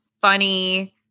funny